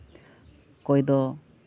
ᱚᱠᱚᱭ ᱫᱚ